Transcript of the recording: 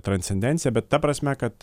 transcendencija bet ta prasme kad